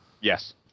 Yes